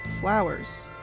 flowers